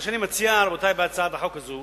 מה שאני מציע, רבותי, בהצעת החוק הזו,